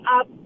up